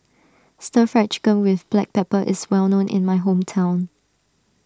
Stir Fried Chicken with Black Pepper is well known in my hometown